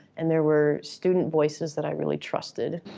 and there were student voices that i really trusted.